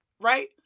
Right